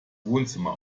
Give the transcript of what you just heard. wohnzimmer